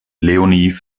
leonie